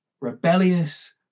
rebellious